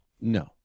no